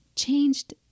changed